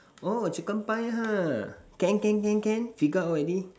oh chicken pie ha can can can can figure out already